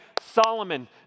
Solomon